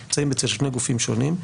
הם נמצאים אצל שני גופים שונים,